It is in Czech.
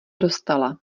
dostala